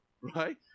Right